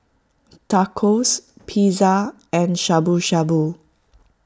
Tacos Pizza and Shabu Shabu